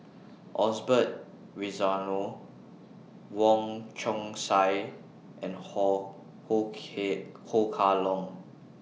Osbert Rozario Wong Chong Sai and Ho Ho K Ho Kah Leong